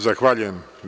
Zahvaljujem.